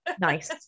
Nice